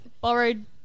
Borrowed